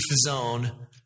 zone